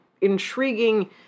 intriguing